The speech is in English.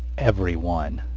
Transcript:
every one!